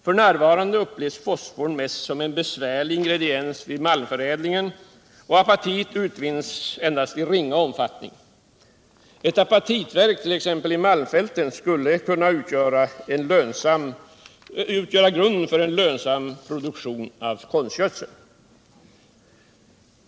F. n. upplevs fosforn mest som en besvärlig ingrediens vid malmförädlingen, och apatit utvinns endast i ringa omfattning. Ett apatitverk i t.ex. malmfälten skulle kunna utgöra grunden för en lönsam produktion av konstgödsel.